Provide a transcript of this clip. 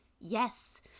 Yes